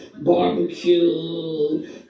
barbecue